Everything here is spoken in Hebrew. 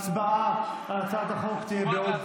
הצבעה על הצעת החוק תהיה בעוד,